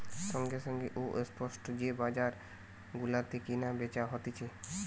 সঙ্গে সঙ্গে ও স্পট যে বাজার গুলাতে কেনা বেচা হতিছে